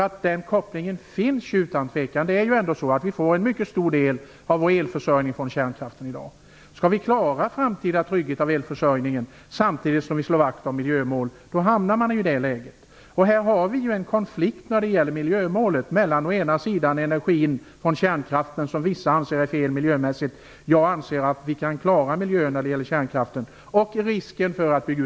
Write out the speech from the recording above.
Den kopplingen finns utan tvekan. Det är ändå så att vi i dag får en mycket stor del av vår elförsörjning från kärnkraften. Skall vi klara att i framtiden trygga elförsörjningen samtidigt som vi slår vakt om miljömål hamnar man i det läget. Här har vi en konflikt när det gäller miljömålet mellan energin från kärnkraften och risken för att bygga ut älvarna. Vissa anser att kärnkraften är fel miljömässigt. Jag anser att vi kan klara miljön när det gäller kärnkraften.